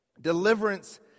Deliverance